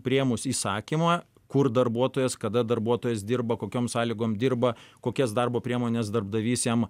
priėmus įsakymą kur darbuotojas kada darbuotojas dirba kokiom sąlygom dirba kokias darbo priemones darbdavys jam